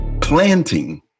planting